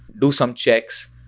do some checks,